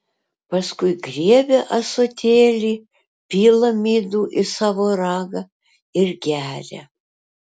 paskui griebia ąsotėlį pila midų į savo ragą ir geria